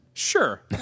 sure